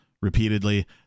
repeatedly